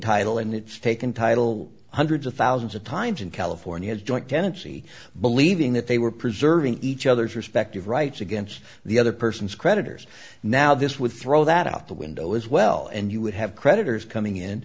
title and it's taken title hundreds of thousands of times in california joint tenancy believing that they were preserving each other's respective rights against the other person's creditors now this would throw that out the window as well and you would have creditors coming in